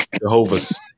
Jehovah's